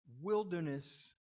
wilderness